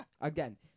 Again